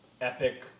epic